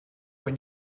when